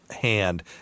hand